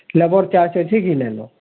labour charge ଅଛେ କି ନାଇନ